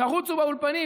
תרוצו באולפנים,